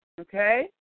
Okay